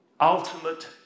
ultimate